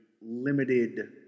limited